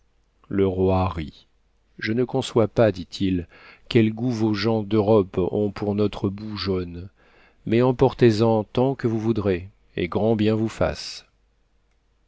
le roi rit je ne conçois pas dit-il quel goût vos gens d'europe ont pour notre boue jaune mais emportez en tant que vous voudrez et grand bien vous fasse